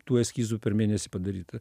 tų eskizų per mėnesį padaryta